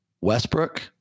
Westbrook